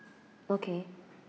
okay